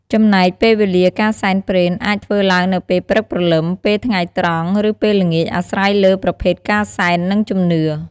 ចំណែកពេលវេលាការសែនព្រេនអាចធ្វើឡើងនៅពេលព្រឹកព្រលឹមពេលថ្ងៃត្រង់ឬពេលល្ងាចអាស្រ័យលើប្រភេទការសែន និងជំនឿ។